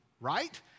right